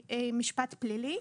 משפט-פלילי.